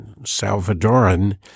Salvadoran